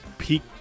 Peak